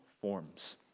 forms